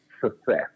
success